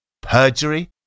Perjury